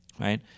Right